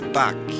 back